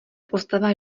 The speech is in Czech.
postava